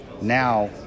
now